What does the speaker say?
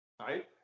right